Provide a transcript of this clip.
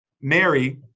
mary